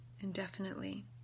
indefinitely